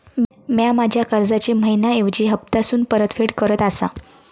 म्या माझ्या कर्जाची मैहिना ऐवजी हप्तासून परतफेड करत आसा